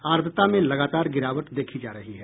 आर्द्रता में लगातार गिरावट देखी जा रही है